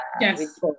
yes